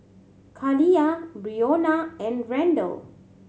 Khalilah Brionna and Randle